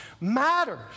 matters